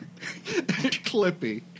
Clippy